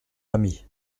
amis